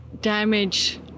damage